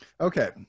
Okay